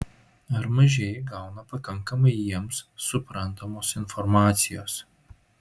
ar mažieji gauna pakankamai jiems suprantamos informacijos